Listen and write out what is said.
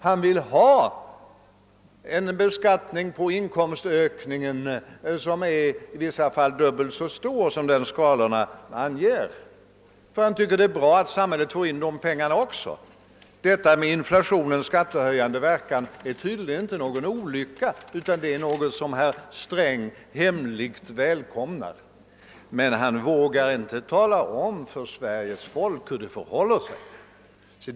Han accepterar en beskattning på inkomstökningar som i vissa fall är dubbelt så stor som den skalorna anger. Han tycker alltså det är bra att samhället får in också de pengarna. Inflationens skattehöjande verkan anser han inte vara någon olycka, utan den är tvärtom någonting som herr Sträng hemligt välkomnar, även om han inte vågar tala om för Sveriges folk hur det förhåller sig.